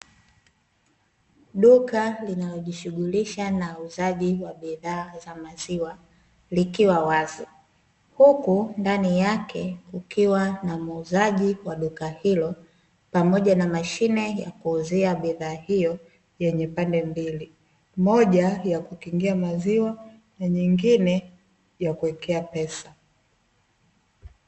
Duka linalojishughulisha na uuzaji wa bidhaa za maziwa likiwa wazi, huku ndani yake kukiwa na muuzaji wa duka hilo, pamoja na mashine ya kuuzia bidhaa hiyo; yenye pande mbili, moja ya kukingia maziwa na nyingine ya kuwekea pesa.